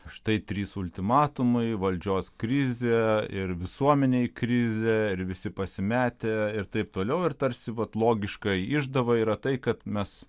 štai trys ultimatumai valdžios krizė ir visuomenėj krizė ir visi pasimetę ir taip toliau ir tarsi vat logiška išdava yra tai kad mes